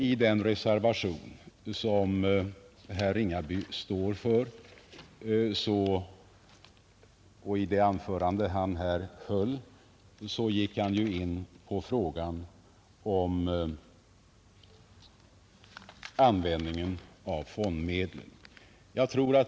I den reservation som herr Ringaby står för berörs användningen av fondmedlen. Även i det anförande som herr Ringaby här höll gick han in på denna fråga.